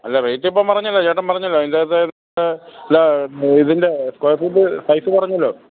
അല്ല റേറ്റ് ഇപ്പം പറഞ്ഞല്ലോ ചേട്ടൻ പറഞ്ഞല്ലോ അതിന്റകത്ത് ഇതിൻ്റെ സ്ക്വയർ ഫീറ്റ് സൈസ് പറഞ്ഞല്ലോ